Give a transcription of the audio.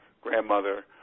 grandmother